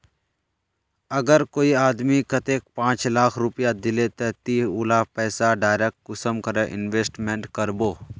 अगर कोई आदमी कतेक पाँच लाख रुपया दिले ते ती उला पैसा डायरक कुंसम करे इन्वेस्टमेंट करबो?